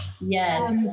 Yes